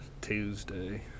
Tuesday